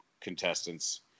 contestants